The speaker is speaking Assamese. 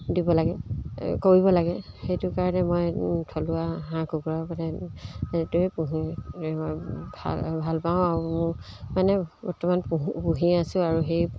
দিব লাগে কৰিব লাগে সেইটো কাৰণে মই থলুৱা হাঁহ কুকুৰাৰ পৰা সেইটোৱে পুহি মই ভাল ভাল পাওঁ আৰু মোৰ মানে বৰ্তমান পু পুহি আছোঁ আৰু সেই